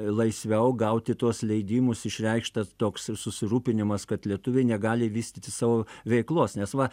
laisviau gauti tuos leidimus išreikštas toks susirūpinimas kad lietuviai negali vystyti savo veiklos nes va